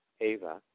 Eva